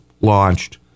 launched